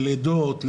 ללידות.